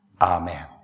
amen